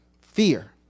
Fear